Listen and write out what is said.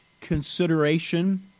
consideration